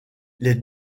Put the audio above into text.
les